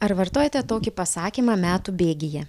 ar vartojate tokį pasakymą metų bėgyje